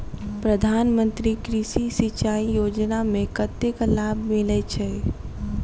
प्रधान मंत्री कृषि सिंचाई योजना मे कतेक लाभ मिलय छै?